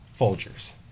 Folgers